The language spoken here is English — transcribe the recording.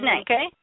okay